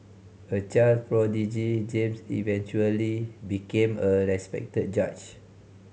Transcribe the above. a child prodigy James eventually became a respected judge